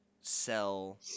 sell